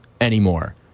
anymore